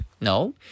No